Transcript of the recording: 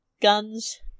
guns